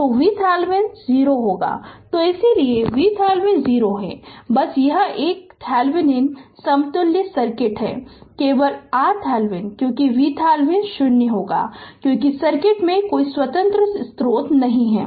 तो VThevenin 0 होगा तो इसीलिए VThevenin 0 है बस यह एक Thevenin समतुल्य सर्किट है केवल RThevenin क्योंकि VThevenin 0 होगा क्योंकि सर्किट में कोई स्वतंत्र स्रोत नहीं है